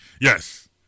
Yes